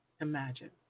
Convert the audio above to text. Imagine